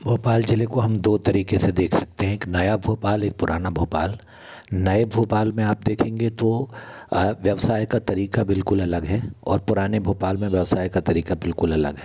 भोपाल जिले को हम दो तरीके से देख सकते हैं एक नया भोपाल एक पुराना भोपाल नए भोपाल में आप देखेंगे तो व्यवसाय का तरीका बिल्कुल अलग है और पुराने भोपाल में व्यवसाय का तरीका बिल्कुल अलग है